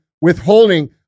withholding